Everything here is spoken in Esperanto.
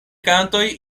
kantoj